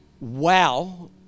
Wow